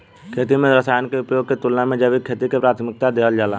खेती में रसायनों के उपयोग के तुलना में जैविक खेती के प्राथमिकता देवल जाला